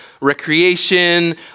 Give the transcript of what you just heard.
recreation